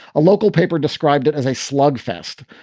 a local paper described it as a slugfest,